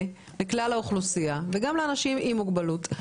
לכלל האוכלוסייה וגם לאנשים עם מוגבלות.